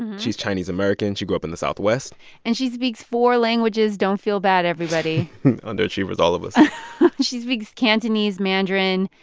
she's chinese-american. she grew up in the southwest and she speaks four languages. don't feel bad, everybody underachievers, all of us she speaks cantonese, mandarin,